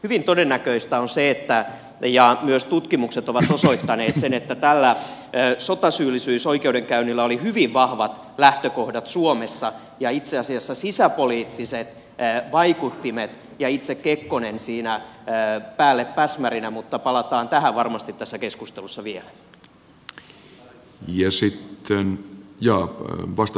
hyvin todennäköistä on se ja myös tutkimukset ovat osoittaneet sen että tällä sotasyyllisyysoikeudenkäynnillä oli hyvin vahvat lähtökohdat suomessa ja itse asiassa sisäpoliittiset vaikuttimet ja itse kekkonen siinä päällepäsmärinä mutta palataan tähän varmasti tässä keskustelussa vielä